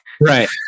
Right